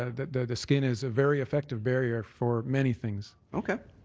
ah the the skin is a very effective barrier for many things. okay.